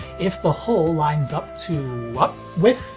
if the whole lines up to, up? with.